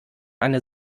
eine